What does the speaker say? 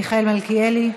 מלכיאלי,